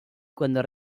cuando